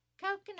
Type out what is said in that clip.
coconut